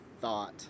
thought